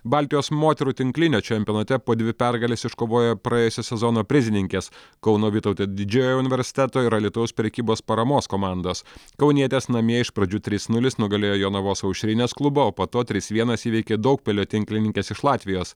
baltijos moterų tinklinio čempionate po dvi pergales iškovojo praėjusio sezono prizininkės kauno vytauto didžiojo universiteto ir alytaus prekybos paramos komandos kaunietės namie iš pradžių trys nulis nugalėjo jonavos aušrinės klubą o po to trys vienas įveikė daugpilio tinklininkes iš latvijos